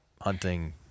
hunting